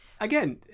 Again